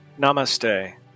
Namaste